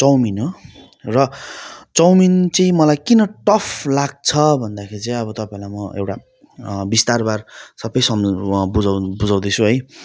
chowmein हो र chowmein चाहिँ मलाई किन टफ लाग्छ भन्दाखेरि चाहिँ अब तपाईँहरूलाई म एउटा विस्तारमा सबै सम्झाऊँ बुझाऊँ बुझाउँदैछु है